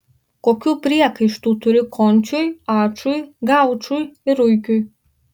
kokių priekaištų turi končiui ačui gaučui ir ruikiui